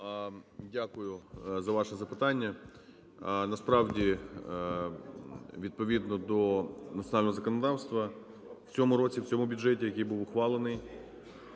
Дякую за ваше запитання. Насправді відповідно до національного законодавства в цьому році в цьому бюджеті, який був ухвалений